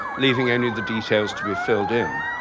leaving and the details to be filled in.